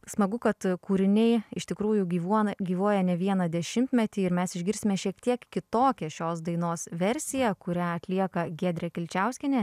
smagu kad kūriniai iš tikrųjų gyvuoja gyvuoja ne vieną dešimtmetį ir mes išgirsime šiek tiek kitokią šios dainos versiją kurią atlieka giedrė kilčiauskienė